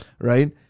Right